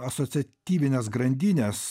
asociatyvinės grandinės